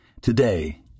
Today